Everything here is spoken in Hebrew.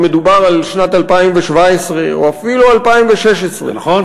אם מדובר על שנת 2017, או אפילו 2016, נכון.